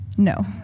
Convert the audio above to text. No